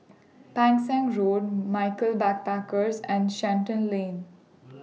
Pang Seng Road Michaels Backpackers and Shenton Lane